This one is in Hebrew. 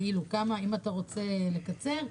אם אתה רוצה לקצר,